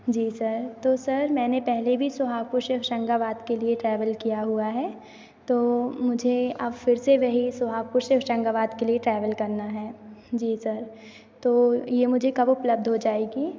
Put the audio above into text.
जी sir तो sir मैंने पहले भी सुहागपुर से होशंगाबाद के लिए ट्रैवल किया हुआ है तो मुझे आप फिर से वही सुहागपुर से होशंगाबाद के लिए ट्रैवल करना है जी सर तो ये मुझे कब उपलब्ध हो जाएगी